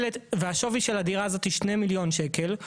והשווי של הדירה הזאת היא שני מיליון שקל,